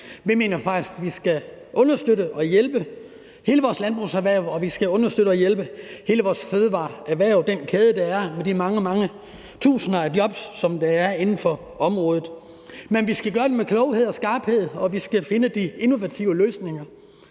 Vi mener faktisk, vi skal understøtte og hjælpe hele vores landbrugserhverv, og at vi skal understøtte og hjælpe hele vores fødevareerhverv, den kæde, der er med de mange, mange tusind af jobs, der er inden for området. Men vi skal gøre det med kloghed og skarphed, og vi skal finde de innovative løsninger.